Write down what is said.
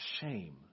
shame